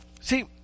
See